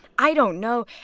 i don't know.